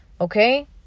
okay